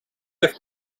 heeft